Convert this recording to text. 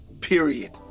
period